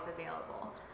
available